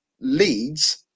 Leeds